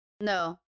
No